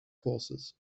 horses